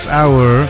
hour